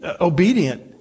obedient